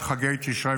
וההטבות